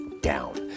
down